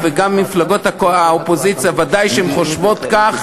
וגם מפלגות האופוזיציה ודאי הן חושבות כך,